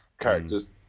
characters